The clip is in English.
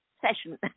session